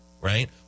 right